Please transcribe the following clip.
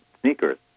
sneakers